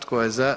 Tko je za?